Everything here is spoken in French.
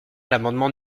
l’amendement